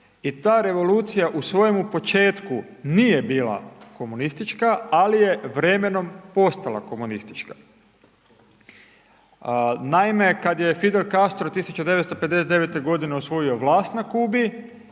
i ta Revolucija u svojemu početku nije bila komunistička, ali je vremenom postala komunistička. Naime, kad je Fidel Castro 1959. godine osvojio vlast na Kubi,